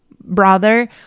brother